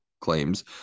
claims